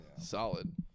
Solid